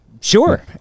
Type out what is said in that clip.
sure